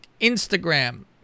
Instagram